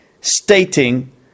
stating